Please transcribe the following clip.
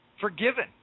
Forgiven